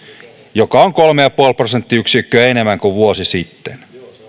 joka on kolme pilkku viisi prosenttiyksikköä enemmän kuin vuosi sitten